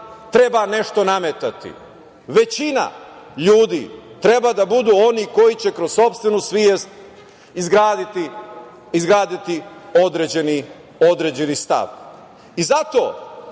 treba nešto nametati. Većina ljudi treba da budu oni koji će kroz sopstvenu svest izgraditi određeni stav. Zato